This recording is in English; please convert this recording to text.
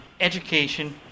education